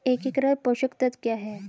एकीकृत पोषक तत्व क्या है?